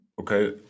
okay